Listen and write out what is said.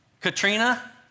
Katrina